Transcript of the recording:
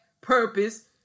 purpose